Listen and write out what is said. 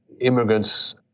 immigrants